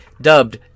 dubbed